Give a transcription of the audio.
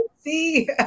See